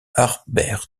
harbert